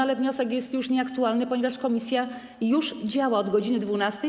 Ale wniosek jest już nieaktualny, ponieważ komisja już działa od godz. 12.